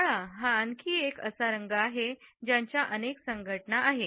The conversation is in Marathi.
काळा हा आणखी एक असा रंग आहे ज्याच्या अनेक संघटना आहेत